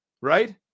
right